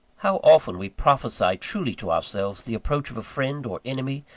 how often we prophesy truly to ourselves the approach of a friend or enemy,